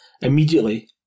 immediately